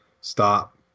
stop